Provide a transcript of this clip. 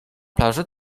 plaży